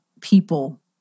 people